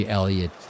Elliott